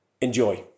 Enjoy